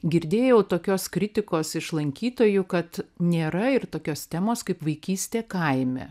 girdėjau tokios kritikos iš lankytojų kad nėra ir tokios temos kaip vaikystė kaime